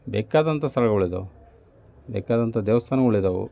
ಬೇಕಾದಂಥ ಸ್ಥಳಗಳಿದ್ದಾವೆ ಬೇಕಾದಂಥ ದೇವಸ್ಥಾನಗಳಿದ್ದಾವೆ